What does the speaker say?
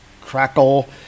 crackle